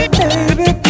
baby